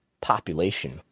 population